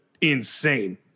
insane